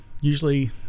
usually